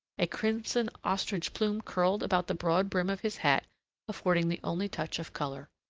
a crimson ostrich plume curled about the broad brim of his hat affording the only touch of colour.